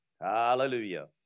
Hallelujah